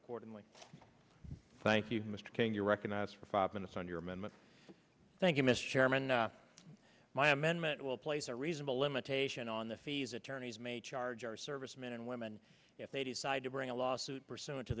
accordingly thank you mr king you recognize for five minutes on your amendment thank you mr chairman my amendment will place a reasonable limitation on the fees attorneys may charge our servicemen and women if they decide to bring a lawsuit pursuant to